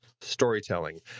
storytelling